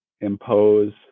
impose